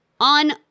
on